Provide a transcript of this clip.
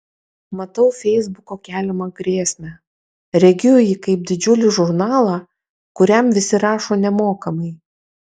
matau feisbuko keliamą grėsmę regiu jį kaip didžiulį žurnalą kuriam visi rašo nemokamai